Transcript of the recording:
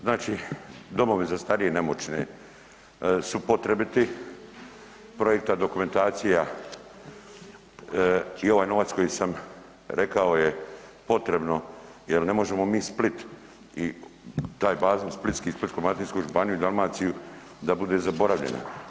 Znači domovi za starije i nemoćne su potrebiti, projektna dokumentacija i ovaj novac koji sam rekao je potrebno jer ne možemo mi Split i taj bazen splitski, Splitsko-dalmatinsku županiju i Dalmaciju da bude zaboravljena.